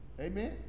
Amen